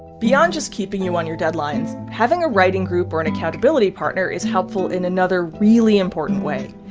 beyond just keeping you on your deadlines, having a writing group or an accountability partner is helpful in another really important way.